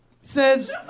says